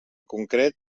concret